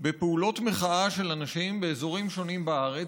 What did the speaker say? בפעולות מחאה של אנשים באזורים שונים בארץ,